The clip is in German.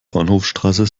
bahnhofsstraße